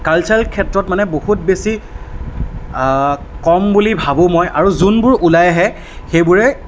cultural ক্ষেত্ৰত মানে বহুত বেছি কম বুলি ভাবোঁ মই আৰু যোনবোৰ ওলাই আহে সেইবোৰে